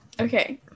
Okay